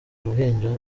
ruhinja